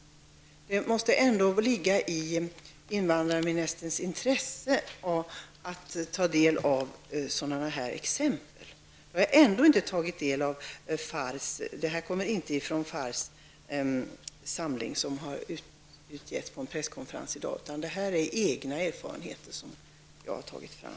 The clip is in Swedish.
Det måste ändå ligga i invandrarministerns intresse att ta del av sådana här exempel. De här exemplen kommer inte från den faktasamling som har presenterats på en presskonferens i dag, utan det är fall som jag själv har tagit fram.